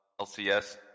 LCS